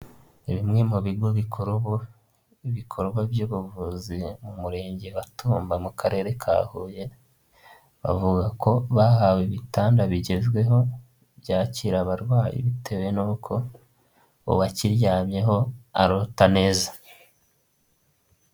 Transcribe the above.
Bimwe mu bigo bikora ubu ibikorwa by'ubuvuzi mu murenge wa Tumba mu karere ka Huye, bavuga ko bahawe ibitanda bigezweho byakira abarwayi bitewe n'uko uwakiryamyeho arota neza.